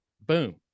Boom